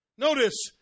Notice